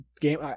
game